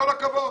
כל הכבוד.